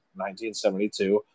1972